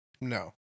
No